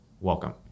Welcome